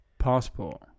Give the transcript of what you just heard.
Passport